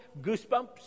goosebumps